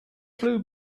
flew